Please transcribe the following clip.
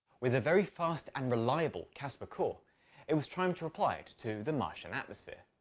with a very fast and reliable cassper core it was time to apply it to the martian atmosphere.